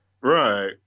Right